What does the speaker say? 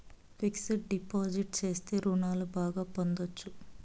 fixed deposit చేస్తే రుణాలు బాగా పొందొచ్చు